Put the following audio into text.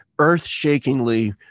Earth-shakingly